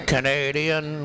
Canadian